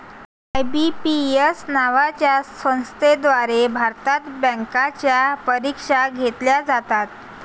IBPS नावाच्या संस्थेद्वारे भारतात बँकांच्या परीक्षा घेतल्या जातात